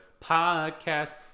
podcast